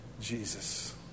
Jesus